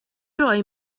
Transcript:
rhoi